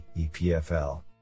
EPFL